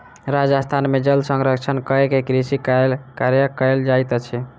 राजस्थान में जल संरक्षण कय के कृषि कार्य कयल जाइत अछि